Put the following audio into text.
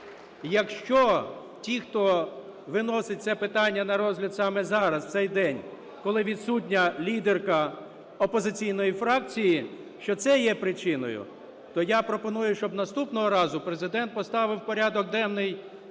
Якщо ті, хто виносить це питання на розгляд саме зараз, в цей день, коли відсутня лідерка опозиційної фракції, що це є причиною, то я пропоную, щоб наступного разу Президент поставив в порядок денний питання